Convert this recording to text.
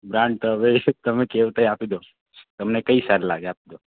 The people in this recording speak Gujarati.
બ્રાન્ડ તો હવે તમે કેવું એ આપી દો તમને કઈ સારી લાગે આપી દો